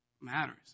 matters